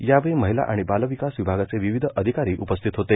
यावेळी महिला आणि बालविकास विभागाचे विविध अधिकारी उपस्थित होते